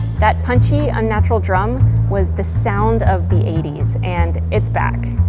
that punchy, unnatural drum was the sound of the eighty s and it's back.